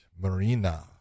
Marina